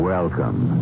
Welcome